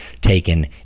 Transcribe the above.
taken